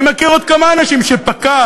אני מכיר עוד כמה אנשים שפקע